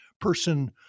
person